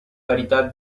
varietà